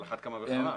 על אחת כמה וכמה.